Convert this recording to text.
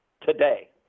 today